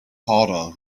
harder